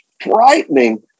frightening